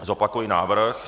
Zopakuji návrh.